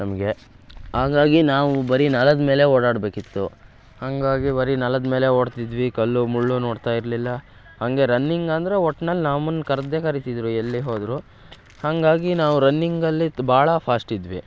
ನಮಗೆ ಹಂಗಾಗಿ ನಾವು ಬರೀ ನೆಲದ ಮೇಲೇ ಓಡಾಡಬೇಕಿತ್ತು ಹಾಗಾಗಿ ಬರೀ ನೆಲದ ಮೇಲೇ ಓಡ್ತಿದ್ವಿ ಕಲ್ಲು ಮುಳ್ಳು ನೋಡ್ತಾ ಇರಲಿಲ್ಲ ಹಾಗೆ ರನ್ನಿಂಗ್ ಅಂದ್ರೆ ಒಟ್ನಲ್ಲಿ ನಮ್ಮನ್ನ ಕರೆದೇ ಕರೀತಿದ್ರು ಎಲ್ಲೇ ಹೋದರೂ ಹಾಗಾಗಿ ನಾವು ರನ್ನಿಂಗಲ್ಲಿ ತ್ ಭಾಳ ಫಾಸ್ಟಿದ್ವಿ